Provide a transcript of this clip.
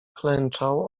klęczał